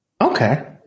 Okay